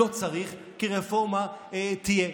לא צריך, כי רפורמה תהיה.